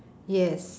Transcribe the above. yes